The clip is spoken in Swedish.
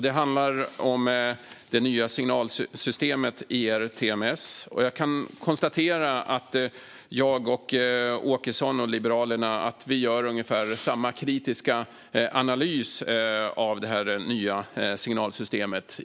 Den handlar om det nya signalsystemet ERTMS, och jag kan konstatera att jag, Åkesson och Liberalerna gör ungefär samma kritiska analys av det nya signalsystemet.